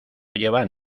llevan